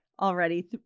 already